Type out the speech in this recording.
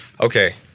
Okay